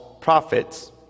prophets